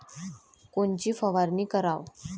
कोनची फवारणी कराव?